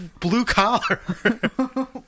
blue-collar